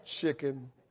chicken